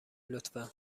لطفا